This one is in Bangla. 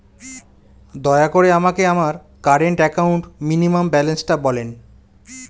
দয়া করে আমাকে আমার কারেন্ট অ্যাকাউন্ট মিনিমাম ব্যালান্সটা বলেন